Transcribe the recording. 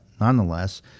nonetheless